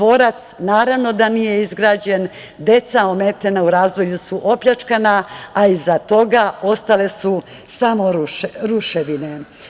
Dvorac naravno da nije izgrađen, deca ometena u razvoju su opljačkana, a iza toga ostale su samo ruševine.